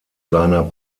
seiner